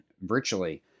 virtually